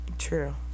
True